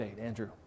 Andrew